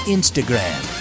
Instagram